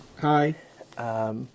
Hi